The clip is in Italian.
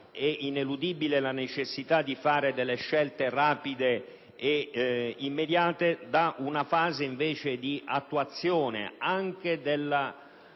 è ineludibile la necessità di fare delle scelte rapide ed immediate, dal momento invece di attuazione anche della